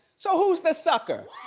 so who's the sucker?